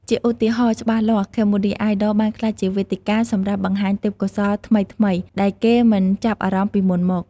ជាឧទាហរណ៍ច្បាស់លាស់ "Cambodia Idol" បានក្លាយជាវេទិកាសម្រាប់បង្ហាញទេពកោសល្យថ្មីៗដែលគេមិនចាប់អារម្មណ៍ពីមុនមក។